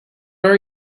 are